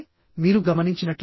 n అనేది 3 అవుతుంది